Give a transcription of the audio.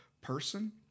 person